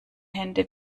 hände